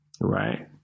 right